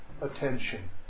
attention